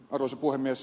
arvoisa puhemies